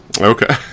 Okay